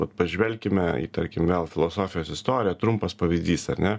vat pažvelkime į tarkim vėl filosofijos istoriją trumpas pavyzdys ar ne